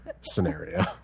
scenario